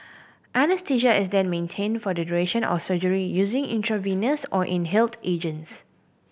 anaesthesia is then maintained for the duration of surgery using intravenous or inhaled agents